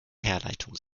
herleitung